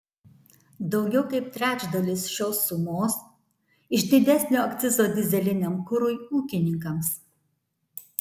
daugiau kaip trečdalis šios sumos iš didesnio akcizo dyzeliniam kurui ūkininkams